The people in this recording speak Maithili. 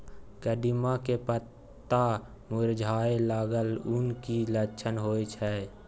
कदिम्मा के पत्ता मुरझाय लागल उ कि लक्षण होय छै?